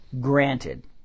Granted